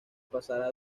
pasará